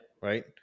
Right